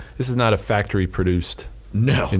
this is not a factory produced, no,